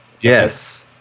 Yes